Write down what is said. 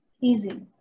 Easy